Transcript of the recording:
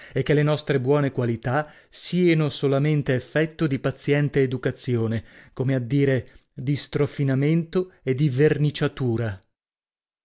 e che le nostre buone qualità sieno solamente effetto di paziente educazione come a dire di strofinamento e di verniciatura